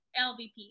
LVP